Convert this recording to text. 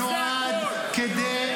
אין